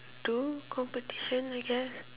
do competition I guess